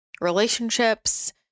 relationships